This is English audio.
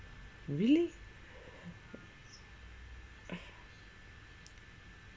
really